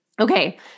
Okay